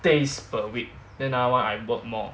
days per week then another one I work more